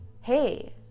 hey